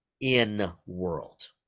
in-world